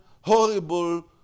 horrible